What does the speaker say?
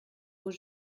aux